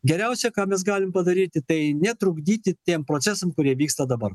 geriausia ką mes galim padaryti tai netrukdyti tiem procesam kurie vyksta dabar